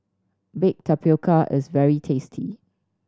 baked tapioca is very tasty